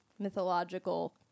mythological